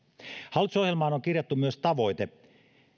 hallitusohjelmaan on kirjattu myös tavoite